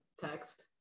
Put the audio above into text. text